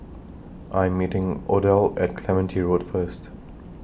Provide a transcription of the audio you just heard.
I Am meeting Odell At Clementi Road First